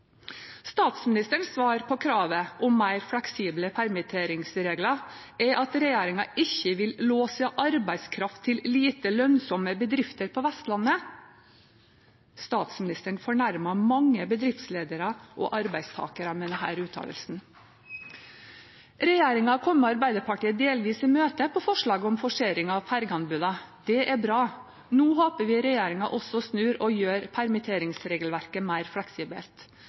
Statsministerens svar på kravet om mer fleksible permitteringsregler er at regjeringen ikke vil låse arbeidskraft til lite lønnsomme bedrifter på Vestlandet. Statsministeren fornærmet mange bedriftsledere og arbeidstakere med denne uttalelsen. Regjeringen har kommet Arbeiderpartiet delvis i møte på forslaget om forsering av fergeanbudene. Det er bra. Nå håper vi regjeringen også snur og gjør permitteringsregelverket mer fleksibelt.